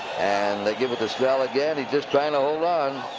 and they give it to snell again. he's just trying to hold on.